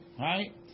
right